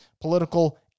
political